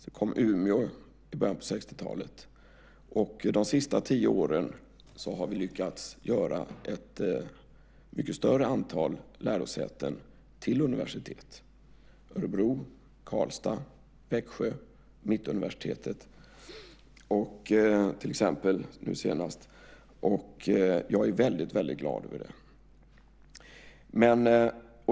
Sedan kom Umeå i början av 1960-talet. De senaste tio åren har vi lyckats göra ett större antal lärosäten till universitet - Örebro, Karlstad, Växjö och senast Mittuniversitetet. Jag är glad över det.